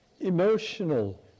emotional